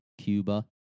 Cuba